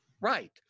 Right